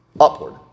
Upward